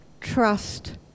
trust